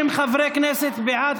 50 חברי כנסת בעד,